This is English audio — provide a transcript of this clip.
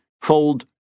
fold